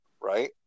Right